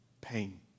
pain